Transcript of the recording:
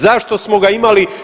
Zašto smo ga imali?